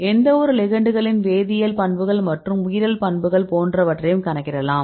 எந்தவொரு லிகெண்ட்களின் வேதியியல் பண்புகள் மற்றும் உயிரியல் பண்புகள் போன்றவற்றையும் கணக்கிடலாம்